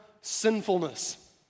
sinfulness